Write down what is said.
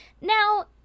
Now